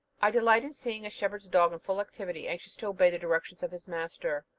i delight in seeing a shepherd's dog in full activity, anxious to obey the directions of his master.